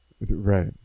Right